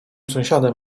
sąsiadem